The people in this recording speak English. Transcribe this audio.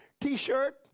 t-shirt